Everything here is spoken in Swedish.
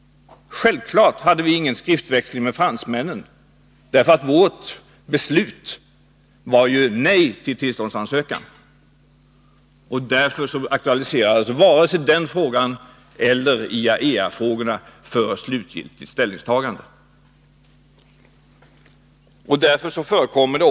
Självfallet hade vi ingen skriftväxling med fransmännen — vårt beslut var ju ett nej till tillståndsansökan enligt villkorslagen. Därför aktualiserades varken den frågan eller IAEA-frågorna för ett slutgiltigt ställningstagande.